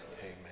Amen